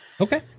Okay